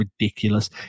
ridiculous